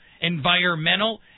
environmental